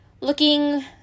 Looking